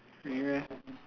really meh